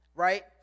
Right